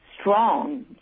strong